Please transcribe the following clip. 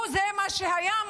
מה שהיה,